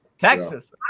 Texas